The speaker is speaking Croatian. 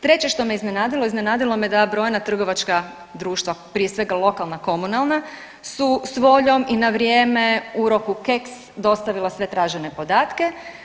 Treće što me iznenadilo, iznenadilo me da brojna trgovačka društva, prije svega lokalna komunalna su s voljom i na vrijeme u roku keks dostavila sve tražene podatke.